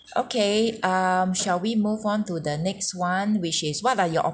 okay um shall we move on to the next one which is what are your